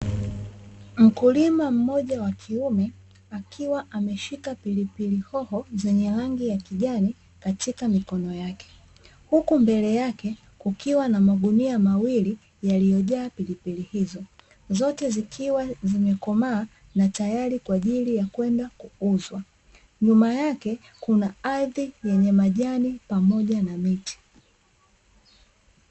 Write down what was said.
Mkulima mmoja wakiume akiwa ameshika pilipili hoho zenye rangi ya kijani katika mikono yake, huku mbele yake kukiwa na magunia mawili yaliojaa pilipili hizo zote zikiwa zimekomaa na tayari kwa ajili ya kwenda kuuzwa. Nyuma yake kuna ardhi yenye majani pamoja na miti.